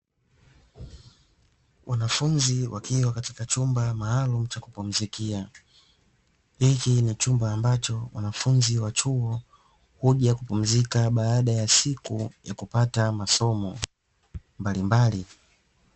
Wanafunzi wakiwa katika chumba maalumu cha kupumzikia; hiki ni chumba ambacho wanafunzi wa chuo huja kupumzika baada ya siku ya kupata masomo mbalimbali.